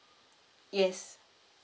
yes